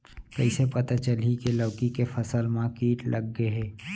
कइसे पता चलही की लौकी के फसल मा किट लग गे हे?